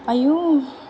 आयौ